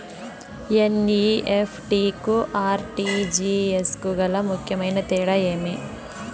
NEFT కు RTGS కు గల ముఖ్యమైన తేడా ఏమి?